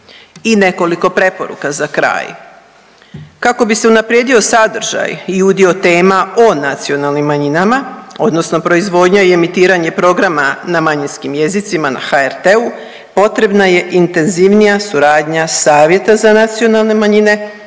I nekoliko preporuka za kraj.